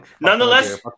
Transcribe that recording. Nonetheless